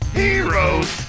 heroes